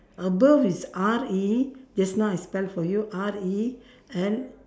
above is R E just now I spell for you R E L